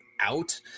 out